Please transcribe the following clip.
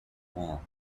wall